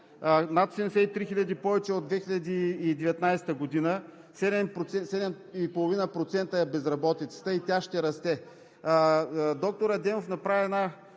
над 73 000 повече от 2019 г. 7,5% е безработицата и тя ще расте. Доктор Адемов направи